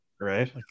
Right